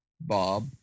Bob